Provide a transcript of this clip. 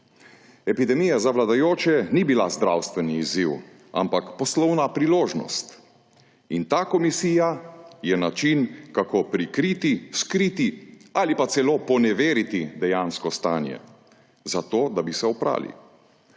Epidemija za vladajoče ni bila zdravstveni izziv, ampak poslovna priložnost. In ta komisija je način, kako prikriti, skriti ali pa celo poneveriti dejansko stanje, zato da bi se oprali.